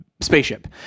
Spaceship